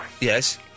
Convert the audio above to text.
Yes